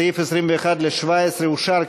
ההסתייגות לא התקבלה.